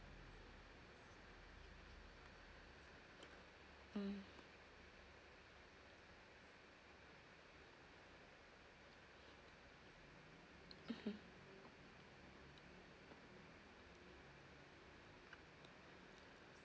mm mmhmm